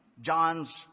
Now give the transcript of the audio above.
John's